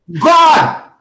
god